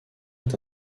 est